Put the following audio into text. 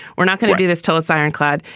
we're not going to do this till it's ironclad.